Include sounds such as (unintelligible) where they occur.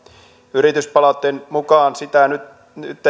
yrityspalautteen mukaan sitä nyt nyt (unintelligible)